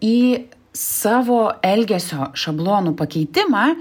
į savo elgesio šablonų pakeitimą